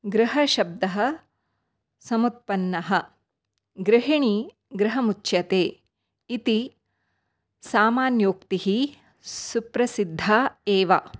गृहशब्दः समुत्पन्नः गृहिणी गृहमुच्यते इति सामान्योक्तिः सुप्रसिद्धा एव